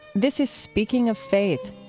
this is speaking of faith.